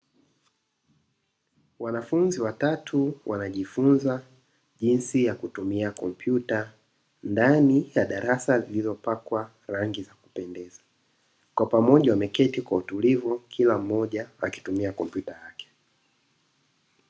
Wanafunzi watatu wanajifunza jinsi ya kutumia kompyuta, ndani ya darasa lililopakwa rangi ya kupendeza, kwa pamoja wameketi kwa utulivu kila mmoja akitumia kompyuta yake.